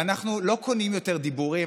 ואנחנו לא קונים יותר דיבורים.